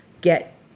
get